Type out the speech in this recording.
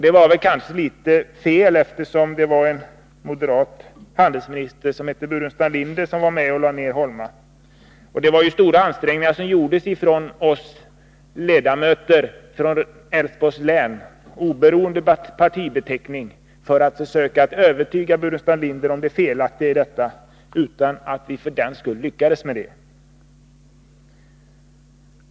Det var kanske litet fel, eftersom det var en moderat handelsminister som hette Staffan Burenstam Linder som var med om att lägga ned Holma. Stora ansträngningar gjordes av oss ledamöter från Älvsborgs län, oberoende av partibeteckning, för att försöka övertyga herr Burenstam Linder om det felaktiga i detta, utan att vi för den skull lyckades med det.